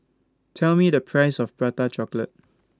Tell Me The Price of Prata Chocolate